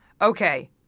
Okay